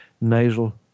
nasal